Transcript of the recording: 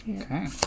Okay